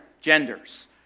genders